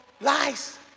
Lies